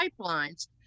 pipelines